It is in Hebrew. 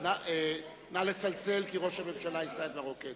נא לצלצל, כי ראש הממשלה יישא את דברו.